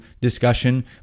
discussion